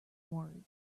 words